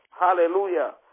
Hallelujah